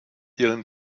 ihren